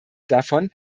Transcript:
davon